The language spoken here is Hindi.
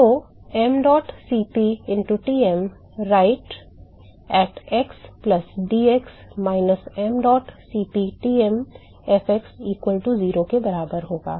तो mdot Cp into Tm right at x plus dx minus mdot Cp Tm fx equal to 0 के बराबर होगा